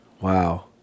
Wow